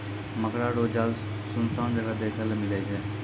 मकड़ा रो जाल सुनसान जगह देखै ले मिलै छै